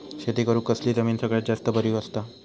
शेती करुक कसली जमीन सगळ्यात जास्त बरी असता?